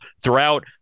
throughout